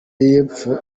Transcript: y’epfo